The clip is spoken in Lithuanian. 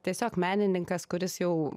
tiesiog menininkas kuris jau